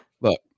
look